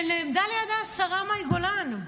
נעמדה לידה השרה מאי גולן.